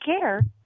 care